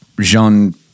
Jean